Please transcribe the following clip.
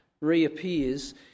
reappears